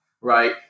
right